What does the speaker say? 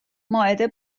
مائده